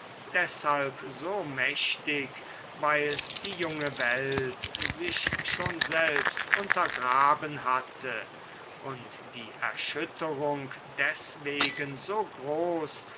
deshalb so mächtig weil die junge welt sich schon selbst untergraben hatte und die erschütterung deswegen so groß